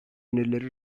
önerileri